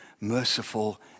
merciful